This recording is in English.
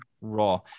Raw